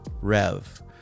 Rev